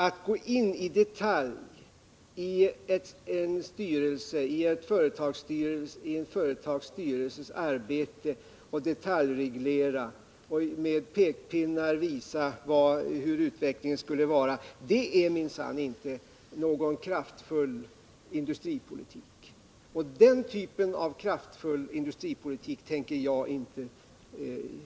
Att gå in i detalj i en företagsstyrelses arbete och med pekpinnar visa hur utvecklingen borde vara är minsann inte någon kraftfull industripolitik. Den typen av industripolitik tänker jag inte